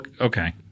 okay